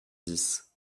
dix